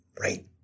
right